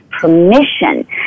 permission